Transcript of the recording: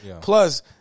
Plus